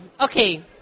okay